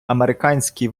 американський